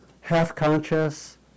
half-conscious